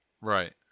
Right